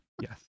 Yes